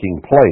place